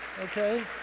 Okay